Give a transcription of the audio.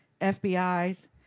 FBI's